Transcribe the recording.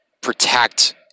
protect